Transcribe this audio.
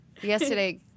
Yesterday